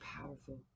powerful